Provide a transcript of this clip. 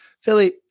Philly